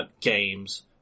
games